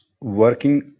working